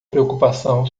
preocupação